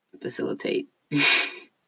facilitate